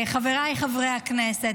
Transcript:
חבריי חברי הכנסת,